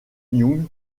young